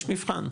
יש מבחן,